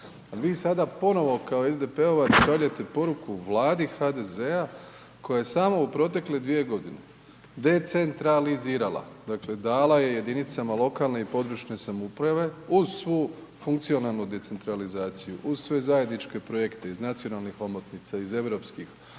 vi sada ponovno kao SDP-ovac šaljete poruku Vladi HDZ-a koja je sama u protekle dvije godine decentralizirala, dakle dala je jedinicama lokalne i područne samouprave uz svu funkcionalnu decentralizaciju, uz sve zajedničke projekte iz nacionalnih omotnica, iz europskih